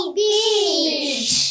beach